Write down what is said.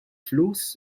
flus